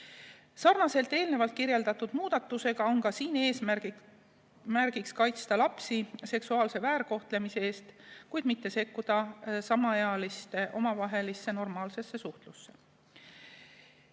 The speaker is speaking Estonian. Sarnaselt eelnevalt kirjeldatud muudatusega on siin eesmärgiks kaitsta lapsi seksuaalse väärkohtlemise eest, kuid mitte sekkuda samaealiste omavahelisse normaalsesse suhtlusesse.